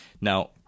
Now